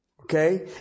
Okay